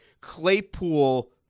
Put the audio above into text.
Claypool